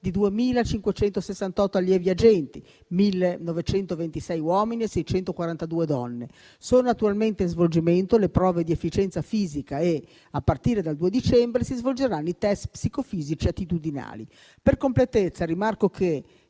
di 2.568 allievi agenti, 1.926 uomini e 642 donne; sono attualmente in svolgimento le prove di efficienza fisica e, a partire dal 2 dicembre, si svolgeranno i test psicofisici e attitudinali. Per completezza, rimarco che,